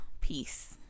peace